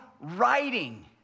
writing